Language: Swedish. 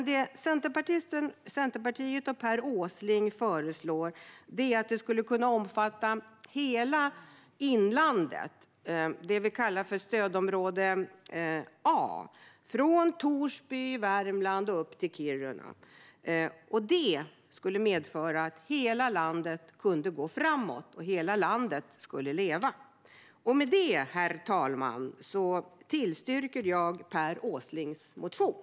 Det Centerpartiet och Per Åsling föreslår är att det här skulle kunna omfatta hela inlandet, det som vi kallar stödområde A som sträcker sig från Torsby i Värmland upp till Kiruna. Det skulle medföra att hela landet kunde gå framåt och hela landet skulle leva. Med det, herr talman, tillstyrker jag Per Åslings motion.